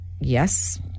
yes